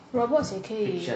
robots 也可以